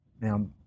Now